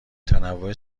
تنوع